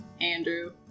Andrew